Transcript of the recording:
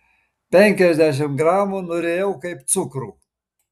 penkiasdešimt gramų nurijau kaip cukrų